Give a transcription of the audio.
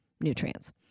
nutrients